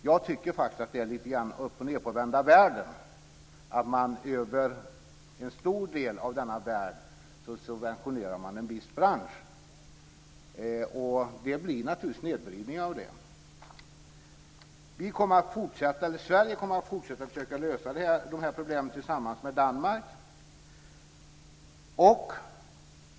Jag tycker att det är lite grann uppochnedvända världar att man över en stor del av denna värld subventionerar en viss bransch. Det blir naturligtvis snedvridningar. Sverige kommer att fortsätta att försöka lösa de här problemen tillsammans med Danmark.